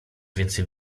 więcej